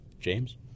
James